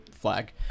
flag